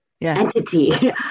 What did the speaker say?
entity